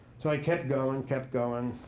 so i kept going, kept going.